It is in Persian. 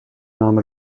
نامه